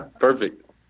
Perfect